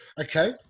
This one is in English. okay